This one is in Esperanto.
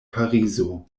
parizo